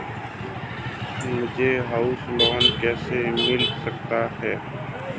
मुझे house loan कैसे मिल सकता है?